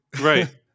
Right